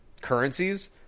currencies